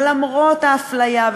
ולמרות האפליה,